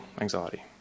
anxiety